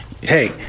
hey